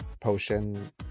potion